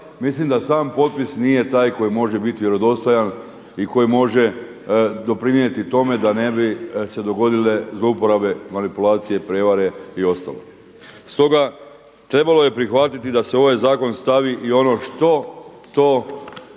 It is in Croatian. mislim da sam potpis nije taj koji može biti vjerodostojan i koji može doprinijeti tome da ne bi se dogodile zlouporabe, manipulacije, prijevare i ostalo. Stoga trebalo je prihvatiti da se u ovaj zakon stavi i ono što to